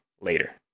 later